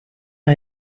are